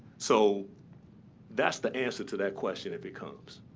so that's the answer to that question it becomes.